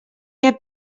què